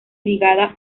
ligada